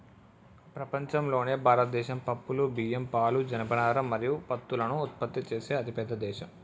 ప్రపంచంలోనే భారతదేశం పప్పులు, బియ్యం, పాలు, జనపనార మరియు పత్తులను ఉత్పత్తి చేసే అతిపెద్ద దేశం